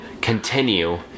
continue